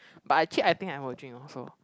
but actually I think I will drink also